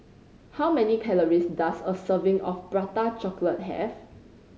how many calories does a serving of Prata Chocolate have